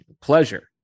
pleasure